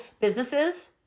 businesses